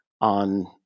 on